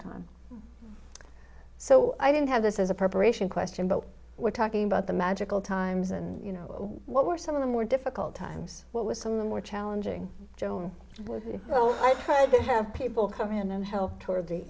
time so i didn't have this as a perpetration question but we're talking about the magical times and you know what were some of the more difficult times what was some of the more challenging joan so i tried to have people come in and help toward the